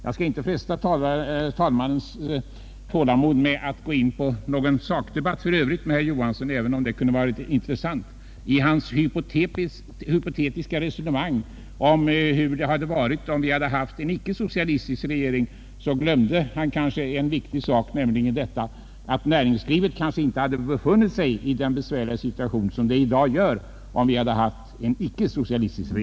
Jag skall inte fresta talmannens tålamod med att gå in på någon sakdebatt i övrigt med herr Johansson i Norrköping, även om det kunde ha varit intressant. I sitt hypotetiska resonemang om hur det hade varit om vi icke haft en socialdemokratisk regering glömde han en viktig sak, nämligen att näringslivet kanske då inte hade befunnit sig i den besvärliga situation som det gör i dag.